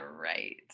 right